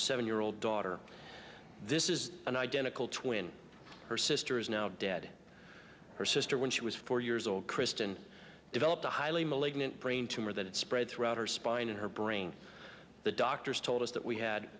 seven year old daughter this is an identical twin her sister is now dead her sister when she was four years old kristen developed a highly malignant brain tumor that had spread throughout her spine and her brain the doctors told us that we had